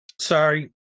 sorry